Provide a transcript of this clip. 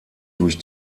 durch